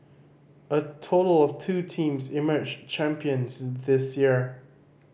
a total of two teams emerged champions this year